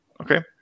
Okay